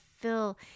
fill